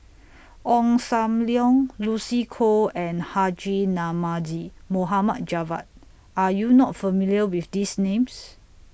Ong SAM Leong Lucy Koh and Haji Namazie Mohd Javad Are YOU not familiar with These Names